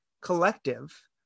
collective